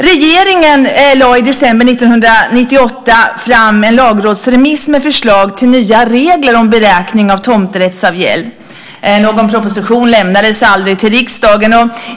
Regeringen lade i december 1998 fram en lagrådsremiss med förslag till nya regler för beräkning av tomträttsavgäld. Någon proposition lämnades aldrig till riksdagen.